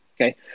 Okay